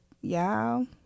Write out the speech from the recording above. Y'all